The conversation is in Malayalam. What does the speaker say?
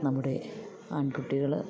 നമ്മുടെ ആൺകുട്ടികൾ